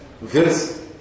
verse